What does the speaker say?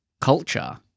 culture